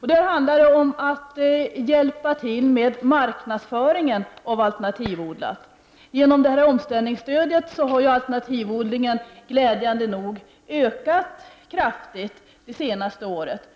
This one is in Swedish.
som handlar om att hjälpa till med marknadsföringen av alternativodlade produkter. Genom omställningsstödet har ju alternativodlingen glädjande nog ökat kraftigt det senaste året.